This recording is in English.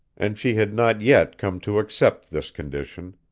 and she had not yet come to accept this condition,